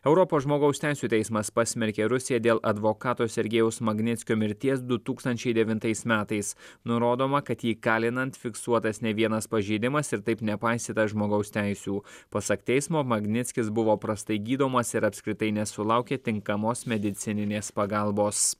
europos žmogaus teisių teismas pasmerkė rusiją dėl advokato sergejaus magnickio mirties du tūkstančiai devintais metais nurodoma kad jį įkalinant fiksuotas ne vienas pažeidimas ir taip nepaisyta žmogaus teisių pasak teismo magnickis buvo prastai gydomas ir apskritai nesulaukė tinkamos medicininės pagalbos